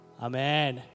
Amen